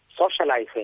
socializing